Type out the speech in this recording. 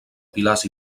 pilars